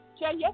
yes